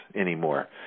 anymore